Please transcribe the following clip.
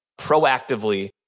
proactively